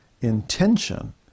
Intention